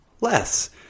less